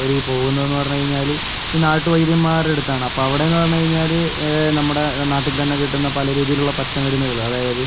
അവരീ പോകുന്നതെന്ന് പറഞ്ഞു കഴിഞ്ഞാൽ ഈ നാട്ടു വൈദ്യന്മാരുടെ അടുത്താണ് അപ്പോൾ അവിടെയെന്ന് പറഞ്ഞു കഴിഞ്ഞാൽ നമ്മുടെ നാട്ടിൽ തന്നെ കിട്ടുന്ന പല രീതിയിലുള്ള പച്ചമരുന്നുകൾ അതായത്